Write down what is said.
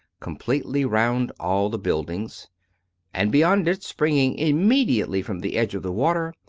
completely round all the buildings and beyond it, springing immediately from the edge of the water,